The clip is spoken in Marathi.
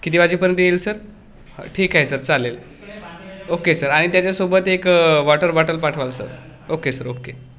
किती वाजेपर्यंत येईल सर हा ठीक आहे सर चालेल ओके सर आणि त्याच्यासोबत एक वॉटर बॉटल पाठवाल सर ओके सर ओके